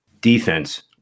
defense